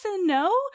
no